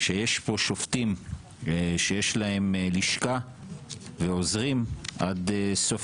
שיש פה שופטים שיש להם לשכה ועוזרים עד סוף